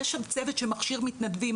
יש שם צוות שמכשיר מתנדבים,